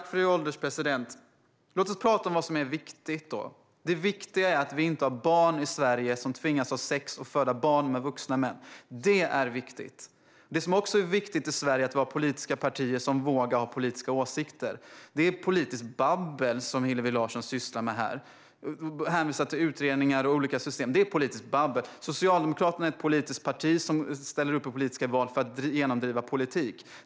Fru ålderspresident! Låt oss prata om vad som är viktigt: Det viktiga är att vi inte har barn i Sverige som tvingas ha sex med vuxna män och föda deras barn. Det är viktigt. Det som också är viktigt i Sverige är att vi har politiska partier som vågar ha politiska åsikter. Det är politiskt babbel som Hillevi Larsson sysslar med här. Hon hänvisar till utredningar och olika system - det är politiskt babbel. Socialdemokraterna är ett politiskt parti som ställer upp i politiska val för att genomdriva politik.